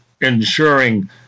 ensuring